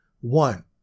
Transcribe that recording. one